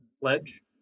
Pledge